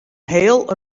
heel